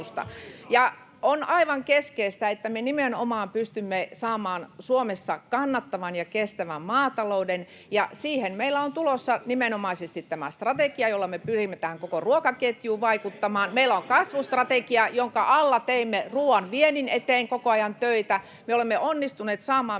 on aivan keskeistä, että me nimenomaan pystymme saamaan Suomessa kannattavan ja kestävän maatalouden, ja siihen meillä on tulossa nimenomaisesti tämä strategia, [Keskustan ryhmästä: Työryhmä!] jolla me pyrimme tähän koko ruokaketjuun vaikuttamaan. Meillä on kasvustrategia, jonka alla teemme ruuan viennin eteen koko ajan töitä. Me olemme onnistuneet saamaan